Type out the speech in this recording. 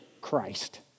Christ